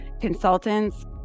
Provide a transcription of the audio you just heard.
consultants